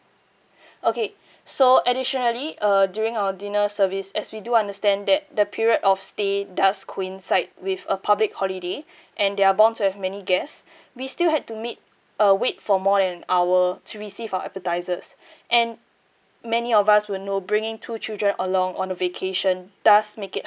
okay so additionally err during our dinner service as we do understand that the period of stay does coincide with a public holiday and there are bound to have many guests we still had to meet uh wait for more than an hour to receive our appetizers and many of us will know bringing two children along on a vacation does make it